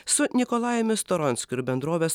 su nikolajumi storonskiu ir bendrovės